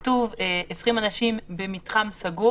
יומיים-שלושה אחרי זה פתאום הכנסת שינתה עוד קצת ועוד קצת,